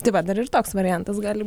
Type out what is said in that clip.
tai va dar ir toks variantas gali